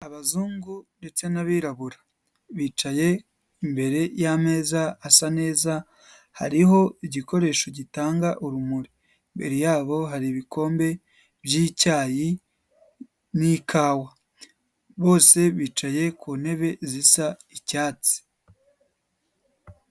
Abazungu ndetse n'abirabura bicaye imbere y'ameza asa neza, hariho igikoresho gitanga urumuri, imbere yabo hari ibikombe by'icyayi n'ikawa, bose bicaye ku ntebe zisa icyatsi.